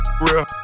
Real